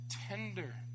tender